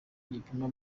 gipima